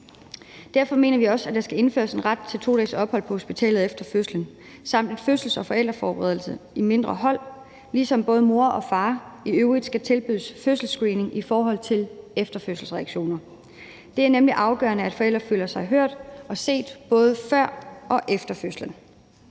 Derfor mener vi også, at der skal indføres en ret til 2 dages ophold på hospitalet efter fødslen samt en fødsels- og forældreforberedelse i mindre hold, ligesom både mor og far i øvrigt skal tilbydes fødselsscreening i forhold til efterfødselsreaktioner. Det er nemlig afgørende, at forældre føler sig hørt og set, både før og efter fødslen.